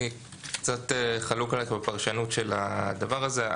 אני קצת חלוק עלייך בפרשנות של הדבר הזה.